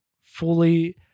fully